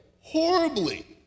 horribly